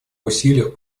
усилиях